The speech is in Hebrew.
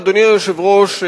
אדוני היושב-ראש,